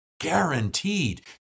guaranteed